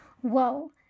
Whoa